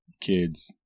kids